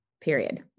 period